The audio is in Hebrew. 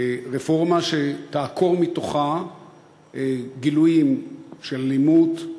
רפורמה שתעקור מתוכה גילויים של אלימות,